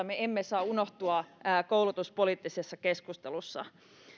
me emme saa unohtaa koulutuspoliittisessa keskustelussa